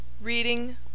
Reading